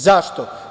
Zašto?